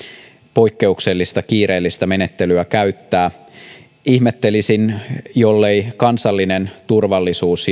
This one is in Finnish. poikkeuksellista kiireellistä menettelyä käyttää ihmettelisin jollei kansallinen turvallisuus